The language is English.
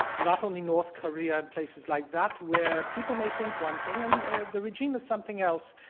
not only north korea and places like that, where people may think one thing and the regime is something else.